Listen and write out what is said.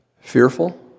Fearful